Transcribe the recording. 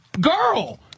girl